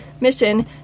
mission